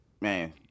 man